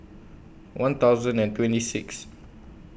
one thousand and twenty six